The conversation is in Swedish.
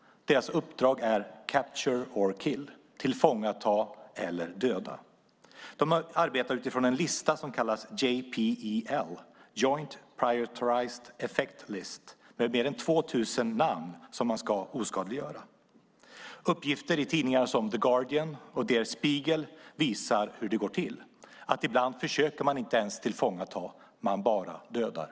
Dess uppdrag är capture or kill, tillfångata eller döda. De arbetar utifrån en lista - Joint Prioritized Effects List, JPEL - med mer än tvåtusen namn på personer som ska oskadliggöras. Uppgifter i tidningar som The Guardian och Der Spiegel visar hur det går till. Ibland försöker man inte ens tillfångata; man bara dödar.